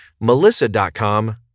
melissa.com